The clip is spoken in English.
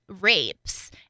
rapes